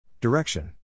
Direction